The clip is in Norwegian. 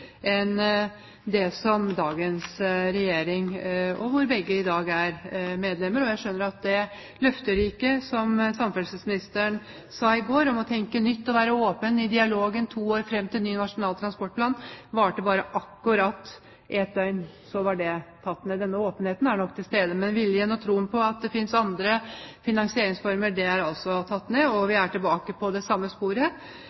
enn det dagens regjering, der begge er medlemmer, har. Og jeg skjønner at det løfterike i det samferdselsministeren sa i går om å tenke nytt og være i åpen dialog i to år fram til ny Nasjonal transportplan, varte bare akkurat i ett døgn, så var det tatt ned. Denne åpenheten er nok til stede, men viljen og troen på at det finnes andre finansieringsformer, er altså tatt ned, og